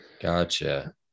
gotcha